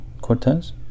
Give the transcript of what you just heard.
Cortez